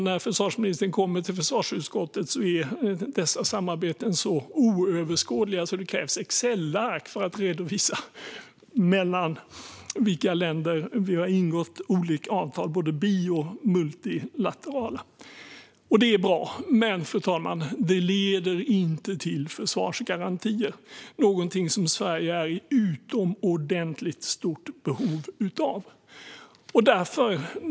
När försvarsministern kommer till försvarsutskottet numera är dessa samarbeten så oöverskådliga att det krävs Excelark för att redovisa vilka länder vi har ingått olika bi och multilaterala avtal med. Detta är bra, fru talman. Det leder dock inte till försvarsgarantier, någonting som Sverige är i utomordentligt stort behov av.